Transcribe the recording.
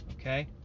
okay